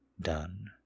done